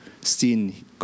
seen